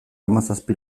hamazazpi